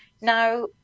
Now